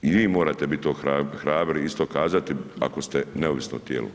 I vi morate to hrabri isto kazati, ako ste neovisno tijelo.